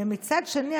מצד שני,